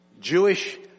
Jewish